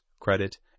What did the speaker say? credit